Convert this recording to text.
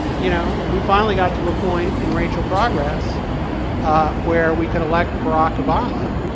you know we finally got to a point in racial progress where we could elect barack obama,